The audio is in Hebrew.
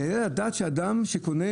היעלה על הדעת שאדם שקונה,